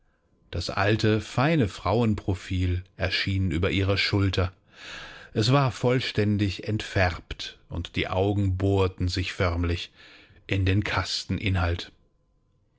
das alte feine frauenprofil erschien über ihrer schulter es war vollständig entfärbt und die augen bohrten sich förmlich in den